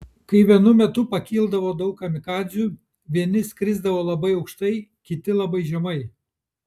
kai vienu metu pakildavo daug kamikadzių vieni skrisdavo labai aukštai kiti labai žemai